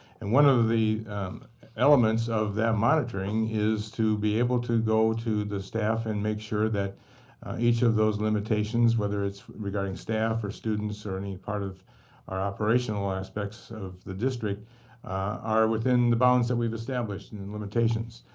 and one of the elements of that monitoring is to be able to go to the staff and make sure that each of those limitations, whether it's regarding staff or students or any part of our operational aspects of the district are within the bounds that we've established and and the limitations.